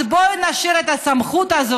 אז בואו נשאיר את הסמכות הזאת.